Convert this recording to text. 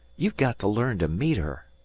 you got to learn to meet her.